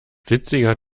witziger